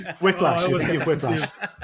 whiplash